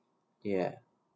ya